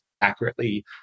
accurately